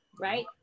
Right